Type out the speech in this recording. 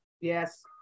Yes